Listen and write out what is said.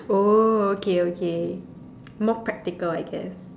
oh okay okay more practical I guess